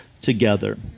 together